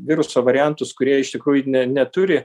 viruso variantus kurie iš tikrųjų neturi